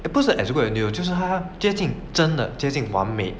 不是 as good as new 就是他真的接近完美